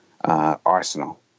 arsenal